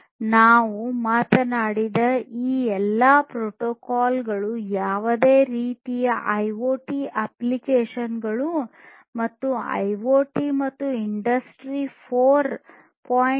ನಾವು ಮಾತನಾಡಿದ ಈ ಎಲ್ಲಾ ಪ್ರೋಟೋಕಾಲ್ಗಳು ಯಾವುದೇ ರೀತಿಯ ಐಒಟಿ ಅಪ್ಲಿಕೇಶನ್ಗಳು ಮತ್ತು ಐಒಟಿ ಮತ್ತು ಇಂಡಸ್ಟ್ರಿ 4